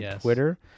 Twitter